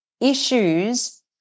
issues